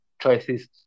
choices